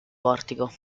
portico